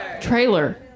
Trailer